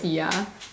ya